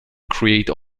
create